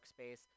workspace